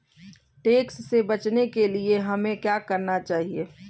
Tax से बचने के लिए हमें क्या करना चाहिए?